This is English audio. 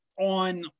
on